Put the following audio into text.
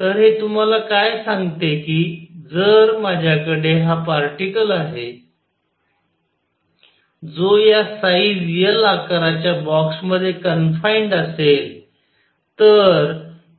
तर हे तुम्हाला काय सांगते की जर माझ्याकडे हा पार्टीकल आहे जो या साईझ L आकाराच्या बॉक्समध्ये कनफाईन्ड असेल तर